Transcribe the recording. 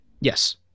Yes